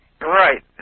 Right